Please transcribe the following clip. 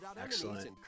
Excellent